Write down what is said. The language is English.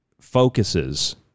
focuses